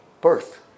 birth